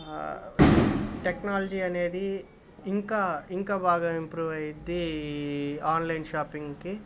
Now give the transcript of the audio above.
technology అనేది ఇంకా ఇంకా బాగా ఇంప్రూవ్ అవుతుంది ఈ ఆన్లైన్ షాపింగ్కి